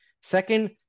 Second